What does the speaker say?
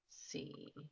see